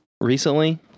recently